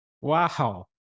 Wow